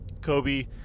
Kobe